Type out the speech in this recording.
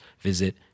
visit